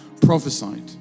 prophesied